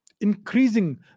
increasing